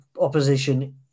opposition